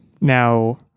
Now